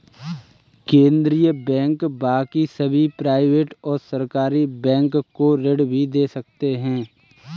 केन्द्रीय बैंक बाकी सभी प्राइवेट और सरकारी बैंक को ऋण भी दे सकते हैं